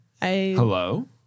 Hello